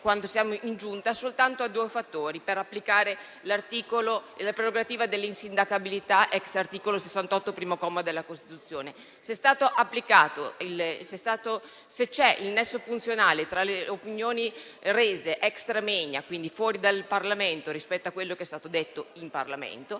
quando siamo in Giunta, soltanto a due fattori per applicare la prerogativa dell'insindacabilità ex articolo 68, primo comma, della Costituzione: se c'è il nesso funzionale tra le opinioni rese *extra moenia*, quindi fuori dal Parlamento, rispetto a quello che è stato detto in Parlamento